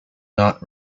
not